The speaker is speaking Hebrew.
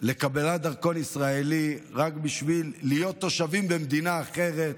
לקבלת דרכון ישראלי רק בשביל להיות תושבים במדינה אחרת,